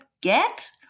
get